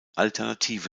alternative